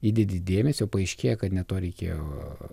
įdedi dėmesio paaiškėja kad ne to reikėjo